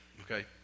okay